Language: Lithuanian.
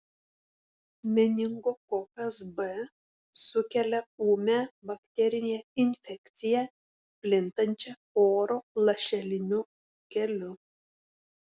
meningokokas b sukelia ūmią bakterinę infekciją plintančią oro lašeliniu keliu